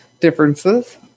differences